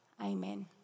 Amen